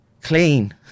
clean